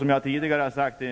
Som jag tidigare har sagt